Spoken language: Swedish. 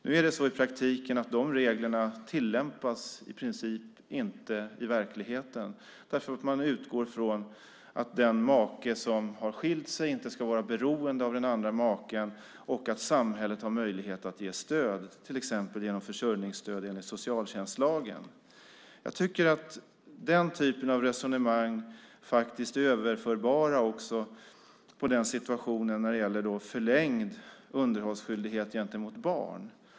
I princip tillämpas dessa regler aldrig, för man utgår från att den make som har skilt sig inte ska vara beroende av den andra maken och att samhället har möjlighet att ge stöd, till exempel genom försörjningsstöd enligt socialtjänstlagen. Den typen av resonemang är överförbara också på situationen med förlängd underhållsskyldighet gentemot barn.